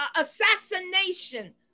Assassination